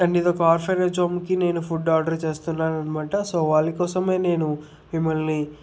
and ఇది ఒక orphanage హోమ్కి ఫుడ్ ఆర్డర్ చేస్తునానమాట సో వాళ్ళ కోసమే నేను మిమ్మల్ని